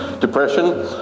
Depression